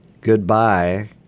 goodbye